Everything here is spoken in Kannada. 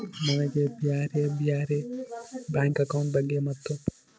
ನನಗೆ ಬ್ಯಾರೆ ಬ್ಯಾರೆ ಬ್ಯಾಂಕ್ ಅಕೌಂಟ್ ಬಗ್ಗೆ ಮತ್ತು?